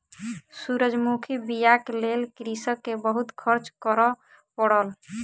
सूरजमुखी बीयाक लेल कृषक के बहुत खर्च करअ पड़ल